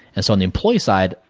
and so, on the employee side,